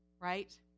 right